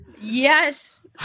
Yes